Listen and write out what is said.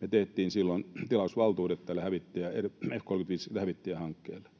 Me tehtiin silloin tilausvaltuudet tälle F-35-hävittäjähankkeelle.